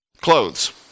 Clothes